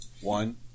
One